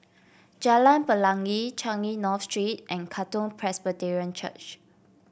Jalan Pelangi Changi North Street and Katong Presbyterian Church